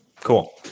Cool